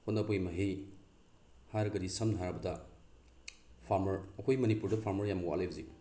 ꯍꯣꯠꯅꯕꯒꯤ ꯃꯍꯩ ꯍꯥꯏꯔꯒꯗꯤ ꯁꯝꯅ ꯍꯥꯏꯔꯕꯗ ꯐꯥꯔꯃꯔ ꯑꯩꯈꯣꯏ ꯃꯅꯤꯄꯨꯔꯗ ꯐꯥꯔꯃꯔ ꯌꯥꯝ ꯋꯥꯠꯂꯦ ꯍꯧꯖꯤꯛ